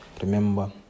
Remember